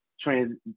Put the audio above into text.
trans